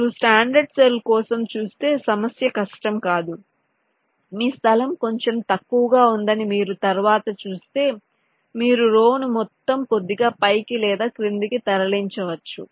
మీరు standard cell కోసం చూస్తే సమస్య కష్టం కాదు మీ స్థలం కొంచెం తక్కువగా ఉందని మీరు తర్వాత చూస్తే మీరు రో ను మొత్తం కొద్దిగా పైకి లేదా క్రిందికి తరలించవచ్చు